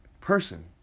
person